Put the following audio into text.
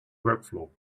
workflow